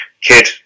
kid